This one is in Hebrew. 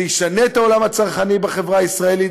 זה ישנה את העולם הצרכני בחברה הישראלית,